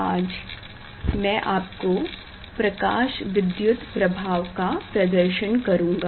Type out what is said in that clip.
आज मै आपको प्रकाशविद्युत प्रभाव का प्रदर्शन करूँगा